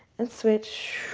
and switch.